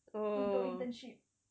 untuk internship